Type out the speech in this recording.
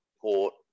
Port